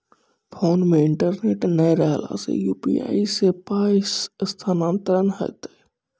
Phone मे internet नै रहला सॅ, यु.पी.आई सॅ पाय स्थानांतरण हेतै?